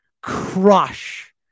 crush